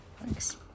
Thanks